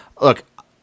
look